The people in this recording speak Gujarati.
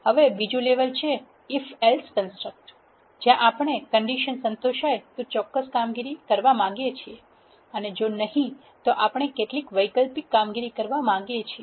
હવે બીજુ લેવલ છે ઇફ એલ્સ કંસ્ટ્રકટ જ્યાં આપણે કંડિશન સંતોષાય તો ચોક્કસ કામગીરી કરવા માંગીએ છીએ અને જો નહીં તો આપણે કેટલાક વૈકલ્પિક કામગીરી કરવા માગીએ છીએ